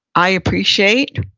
i appreciate.